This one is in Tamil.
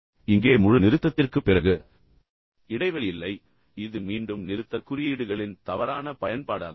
எனவே இங்கே முழு நிறுத்தத்திற்குப் பிறகு இடைவெளி இல்லை இது மீண்டும் நிறுத்தற்குறியீடுகளின் தவறான பயன்பாடாகும்